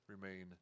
remain